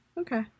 Okay